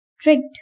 Tricked